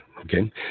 okay